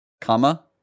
Comma